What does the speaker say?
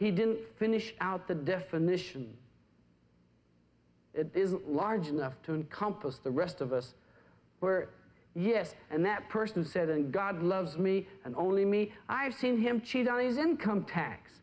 he didn't finish out the definition it isn't large enough to encompass the rest of us were yes and that person said and god loves me and only me i've seen him cheat on his income tax